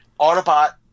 Autobot